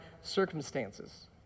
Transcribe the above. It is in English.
circumstances